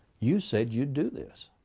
you said you'd do this.